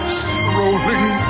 strolling